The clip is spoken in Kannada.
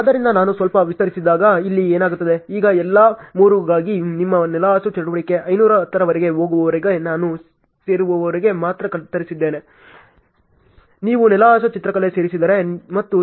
ಆದ್ದರಿಂದ ನಾನು ಸ್ವಲ್ಪ ವಿಸ್ತರಿಸಿದಾಗ ಇಲ್ಲಿ ಏನಾಗುತ್ತದೆ ಈಗ ಎಲ್ಲಾ 3 ಗಾಗಿ ನಿಮ್ಮ ನೆಲಹಾಸು ಚಟುವಟಿಕೆ 510 ರವರೆಗೆ ಹೋಗುವವರೆಗೆ ನಾನು ಸೇರುವವರೆಗೆ ಮಾತ್ರ ಕತ್ತರಿಸಿದ್ದೇನೆ ನೀವು ನೆಲಹಾಸು ಚಿತ್ರಕಲೆ ಸೇರಿಸಿದರೆ ಮತ್ತು ಹೀಗೆ